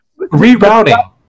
Rerouting